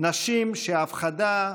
נשים שההפחדה,